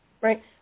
Right